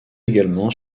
également